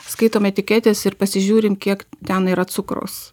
skaitom etiketes ir pasižiūrim kiek ten yra cukraus